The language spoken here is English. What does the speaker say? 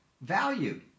value